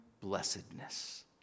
blessedness